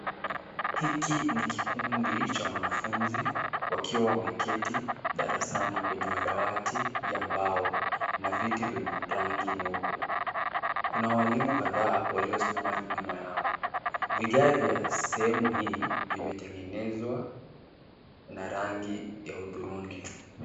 Hiki ni kikundi cha wanafunzi wakiwa wameketi darasani kwenye madawati ya mbao na viti vyenye rangi nyeupe. Kuna walimu kadhaa waliosimama nyuma yao. Vigae vya sehemu hii vimetengenezwa na rangi ya hudhurungi.